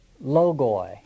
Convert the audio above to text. logoi